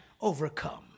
overcome